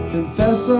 Confess